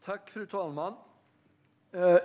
Fru talman!